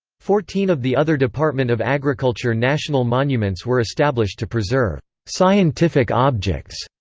fourteen of the other department of agriculture national monuments were established to preserve scientific objects.